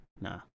Nah